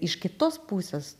iš kitos pusės